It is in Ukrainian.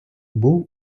був